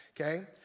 okay